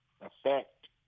affect